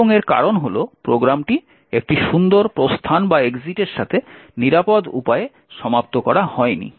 এবং এর কারণ হল প্রোগ্রামটি একটি সুন্দর প্রস্থানের সাথে নিরাপদ উপায়ে সমাপ্ত করা হয়নি